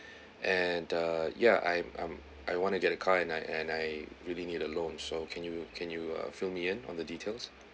and uh yeah I'm I'm I want to get a car and I and I really need a loan so can you can you fill me in on the details